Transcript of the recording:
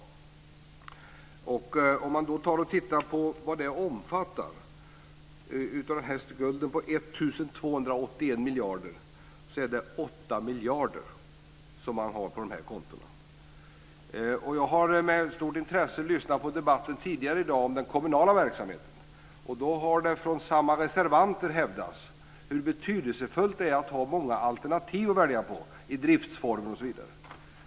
Om man tittar på vad det omfattar av denna skuld på 1 281 miljarder kan man se att det rör sig om 8 miljarder som finns på de här kontona. Jag har med stort intresse lyssnat på debatten tidigare i dag om den kommunala verksamheten. Där har det från samma reservanter hävdats hur betydelsefullt det är att ha många alternativ att välja på i driftsformer osv.